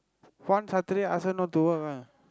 one Saturday ask her not to work lah